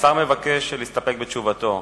השר מבקש להסתפק בתשובתו.